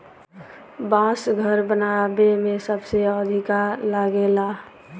बांस घर बनावे में सबसे अधिका लागेला